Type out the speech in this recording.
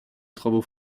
travaux